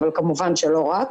אבל כמובן שלא רק.